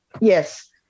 Yes